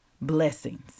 blessings